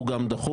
הוא גם דחוף,